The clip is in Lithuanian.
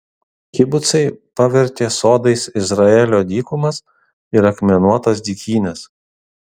kibucai pavertė sodais izraelio dykumas ir akmenuotas dykynes